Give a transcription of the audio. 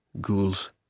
ghouls